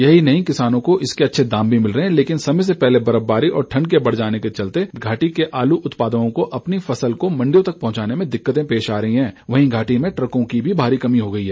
यही नहीं किसानों को इसके अच्छे दाम भी मिल रहे है लेकिन समय से पहले बर्फबारी और ठंड के बढ़ जाने के चलते घाटी के आलू उत्पादकों को अपनी फसल को मंडियों तक पहुंचाने में दिक्कत पेश आ रही है वहीं घाटी में ट्रकों की भी भारी कमी हो गई है